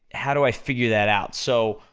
how do i figure that out? so,